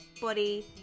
body